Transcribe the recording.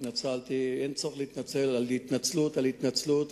התנצלתי ואין צורך להתנצל על התנצלות על התנצלות.